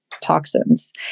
toxins